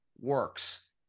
works